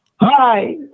Hi